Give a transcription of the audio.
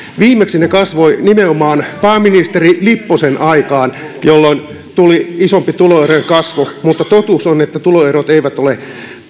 viimeksi ne kasvoivat nimenomaan pääministeri lipposen aikaan jolloin tuli isompi tuloerojen kasvu mutta totuus on että tuloerot eivät ole